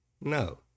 No